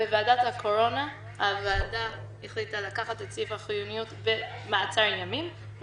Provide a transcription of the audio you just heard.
ועדת הקורונה החליטה לקחת את סעיף החיוניות במעצר ימים,